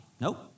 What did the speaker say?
Nope